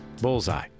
Bullseye